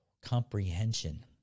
comprehension